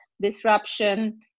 disruption